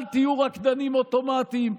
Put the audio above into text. אל תהיו רקדנים אוטומטיים.